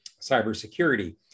Cybersecurity